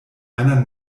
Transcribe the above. einer